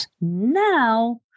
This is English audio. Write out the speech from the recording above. Now